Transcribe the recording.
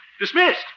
Dismissed